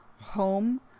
home